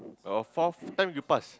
oh fourth time you pass